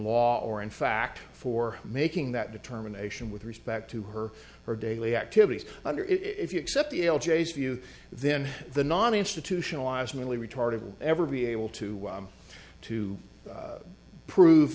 law or in fact for making that determination with respect to her her daily activities under it if you accept the l j's view then the non institutionalized mentally retarded will ever be able to to prove